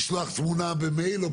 לשלוח תמונה במייל.